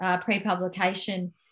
pre-publication